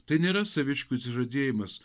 tai nėra saviškių atsižadėjimas